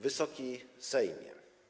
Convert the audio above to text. Wysoki Sejmie!